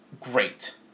great